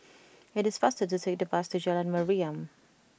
it is faster to take the bus to Jalan Mariam